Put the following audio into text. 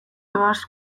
doaz